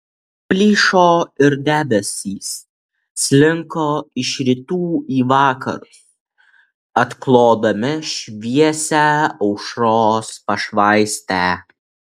plyšo ir debesys slinko iš rytų į vakarus atklodami šviesią aušros pašvaistę